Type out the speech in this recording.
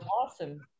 awesome